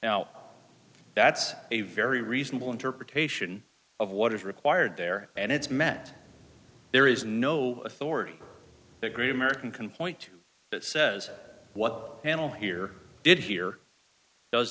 now that's a very reasonable interpretation of what is required there and it's meant there is no authority the great american can point to that says what panel here did he